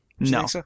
No